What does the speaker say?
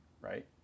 right